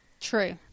True